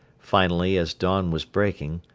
finally as dawn was breaking,